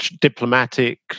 diplomatic